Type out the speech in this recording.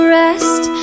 rest